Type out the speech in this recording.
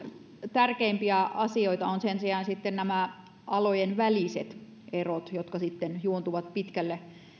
tärkeimpiä asioita ovat sen sijaan nämä alojen väliset erot jotka sitten juontuvat pitkälle